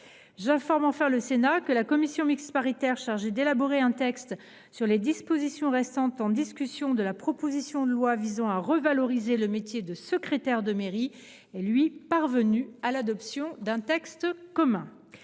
commun. Par ailleurs, la commission mixte paritaire chargée d’élaborer un texte sur les dispositions restant en discussion de la proposition de loi visant à revaloriser le métier de secrétaire de mairie est parvenue à l’adoption d’un texte commun.